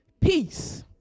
peace